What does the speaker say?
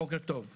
בוקר טוב.